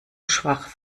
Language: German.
schwach